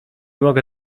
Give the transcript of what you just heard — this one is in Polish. mogę